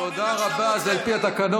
תודה רבה, אני